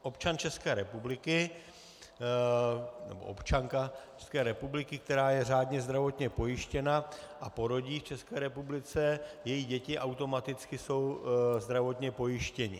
Občan České republiky nebo občanka České republiky, která je řádně zdravotně pojištěna a porodí v České republice, její děti automaticky jsou zdravotně pojištěny.